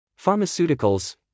Pharmaceuticals